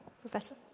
Professor